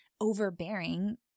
overbearing